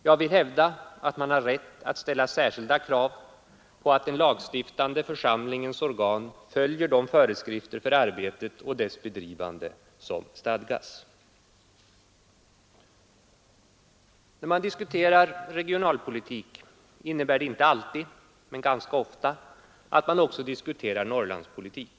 Jag vill hävda att man har rätt att ställa särskilda krav på att den lagstiftande församlingens organ följer de föreskrifter för arbetet och dess bedrivande som stadgats. När man diskuterar regionalpolitik innebär det inte alltid, men ganska ofta, att man också diskuterar Norrlandspolitik.